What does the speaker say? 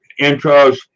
intros